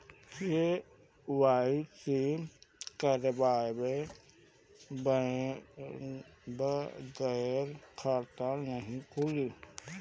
KYC करवाये बगैर खाता नाही खुली?